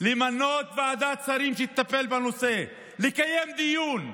למנות ועדת שרים שתטפל בנושא, לקיים דיון,